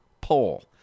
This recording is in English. poll